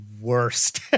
worst